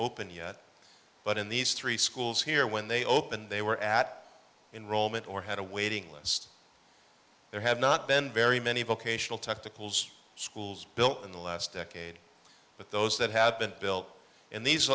open yet but in these three schools here when they opened they were at enrollment or had a waiting list there have not been very many vocational technical schools built in the last decade but those that have been built in these